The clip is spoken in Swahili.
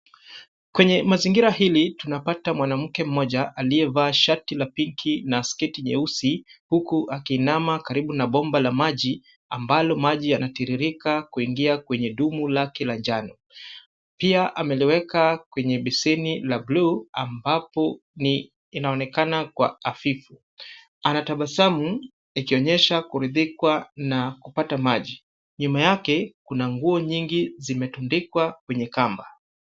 Kwenye mazingira hili tunapata mwanamke mmoja aliyevaa shati la Pinki na sketi nyeusi huku akiinama karibu na bomba la maji ambalo maji linatiririka kuingia kwenye dumu lake la njano. Pia ameliweka kwenye beseni la bluu ambapo inaonekana kuwa hafifu. Anatabasamu ikionyesha kuridhika na kupata maji. Nyuma yake kuna nguo nyingi zimetundikwa kwenye kamba.